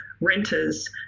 renters